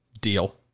Deal